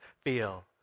feel